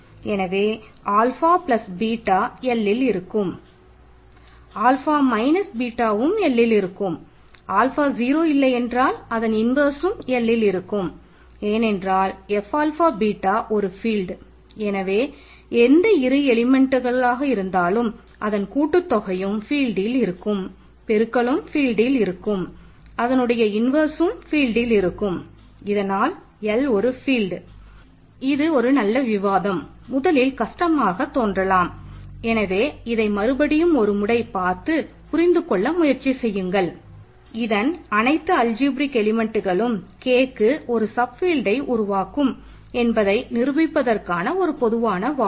எனவே ஆல்ஃபா உருவாக்கும் என்பதை நிரூபிப்பதற்கான ஒரு பொதுவான வாதம்